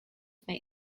may